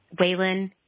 Waylon